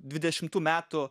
dvidešimtų metų